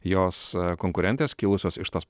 jos konkurentės kilusios iš tos